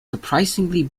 surprisingly